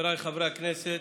חבריי חברי הכנסת,